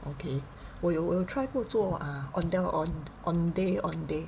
okay 我有我有 you wo you try 过做 zuo ah ondeh ondeh ondeh